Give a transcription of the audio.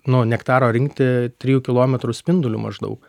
nu nektaro rinkti trijų kilometrų spinduliu maždaug